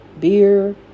beer